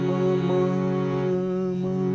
Mama